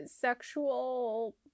sexual